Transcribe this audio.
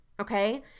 okay